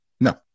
No